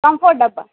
comfort డబ్బా